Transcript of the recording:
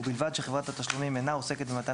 ובלבד שחברת התשלומים אינה עוסקת במתן